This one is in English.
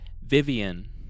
Vivian